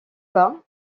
bas